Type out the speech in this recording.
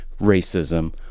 racism